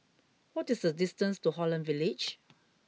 what is the distance to Holland Village